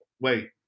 wait